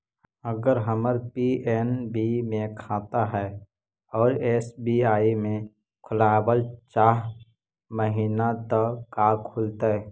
अगर हमर पी.एन.बी मे खाता है और एस.बी.आई में खोलाबल चाह महिना त का खुलतै?